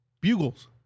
Bugles